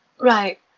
Right